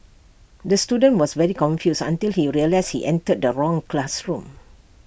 the student was very confused until he realised he entered the wrong classroom